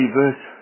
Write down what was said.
verse